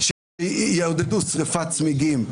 ככל שיעודדו שריפת צמיגים,